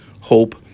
hope